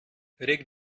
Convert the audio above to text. reg